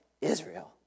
Israel